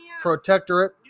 protectorate